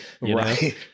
right